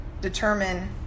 determine